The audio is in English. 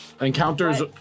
Encounters